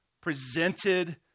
presented